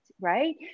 right